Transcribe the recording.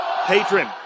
Patron